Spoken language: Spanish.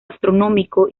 astronómico